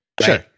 sure